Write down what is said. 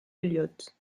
elliott